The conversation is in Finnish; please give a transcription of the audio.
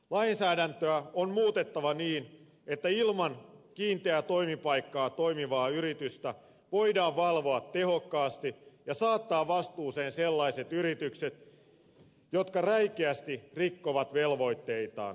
lainsäädäntöä on muutettava niin että ilman kiinteää toimipaikkaa toimivaa yritystä voidaan valvoa tehokkaasti ja voidaan saattaa vastuuseen sellaiset yritykset jotka räikeästi rikkovat velvoitteitaan